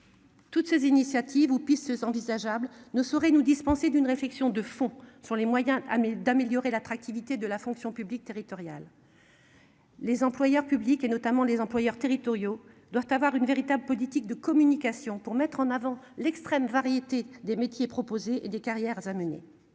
Toutes ces initiatives ou pistes envisageables ne saurait nous dispenser d'une réflexion de fond sur les moyens. Ah mais d'améliorer l'attractivité de la fonction publique territoriale. Les employeurs publics et notamment les employeurs territoriaux doivent avoir une véritable politique de communication pour mettre en avant l'extrême variété des métiers proposés et des carrières mener.